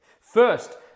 First